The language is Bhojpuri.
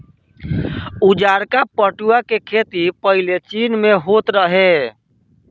उजारका पटुआ के खेती पाहिले चीन में होत रहे